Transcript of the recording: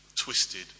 twisted